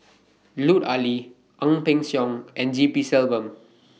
Lut Ali Ang Peng Siong and G P Selvam